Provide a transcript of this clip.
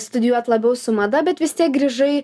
studijuot labiau su mada bet vis tiek grįžai